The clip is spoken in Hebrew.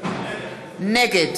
נגד